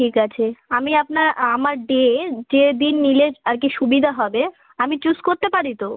ঠিক আছে আমি আপনার আমার ডে যে দিন নিলে আর কি সুবিধা হবে আমি চুজ করতে পারি তো